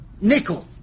Nickel